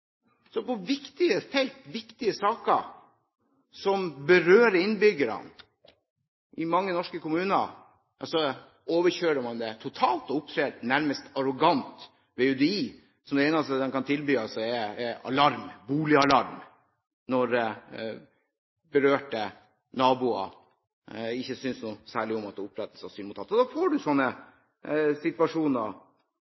På viktige felt, i viktige saker som berører innbyggerne i mange norske kommuner, overkjører man dem totalt og opptrer nærmest arrogant. Det eneste UDI kan tilby, er alarm – boligalarm – når berørte naboer ikke synes noe særlig om at det opprettes asylmottak. Da får